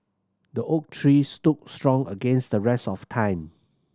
the oak tree stood strong against the rest of time